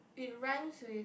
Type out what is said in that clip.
it rhymes with